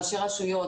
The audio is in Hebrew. ראשי רשויות,